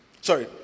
sorry